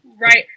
right